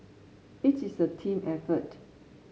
it is a team effort